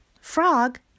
Frog